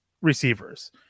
receivers